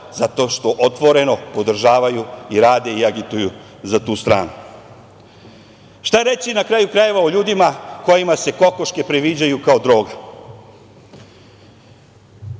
Zato što otvoreno podržavaju i rade i agituju za tu stranu. Šta reći, na kraju krajeva, o ljudima kojima se kokoške priviđaju kao droga?